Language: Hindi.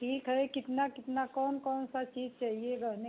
ठीक है कितना कितना कौन कौन सा चीज़ चहिए गहने में